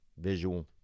visual